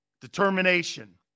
Determination